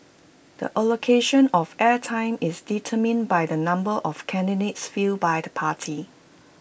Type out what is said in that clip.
the allocation of air time is determined by the number of candidates fielded by the party